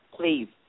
please